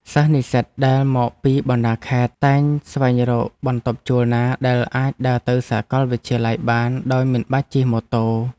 សិស្សនិស្សិតដែលមកពីបណ្តាខេត្តតែងស្វែងរកបន្ទប់ជួលណាដែលអាចដើរទៅសាកលវិទ្យាល័យបានដោយមិនបាច់ជិះម៉ូតូ។